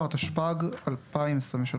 היום 26 ביוני 2023, ז' בתמוז התשפ"ג, השעה